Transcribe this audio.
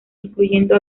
incluyendo